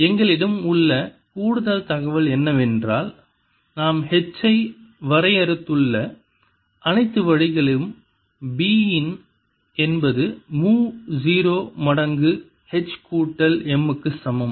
எங்களிடம் உள்ள கூடுதல் தகவல் என்னவென்றால் நாம் H ஐ வரையறுத்துள்ள அனைத்து வழிகளும் B என்பது மு 0 மடங்கு H கூட்டல் M க்கு சமம்